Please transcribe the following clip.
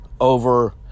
over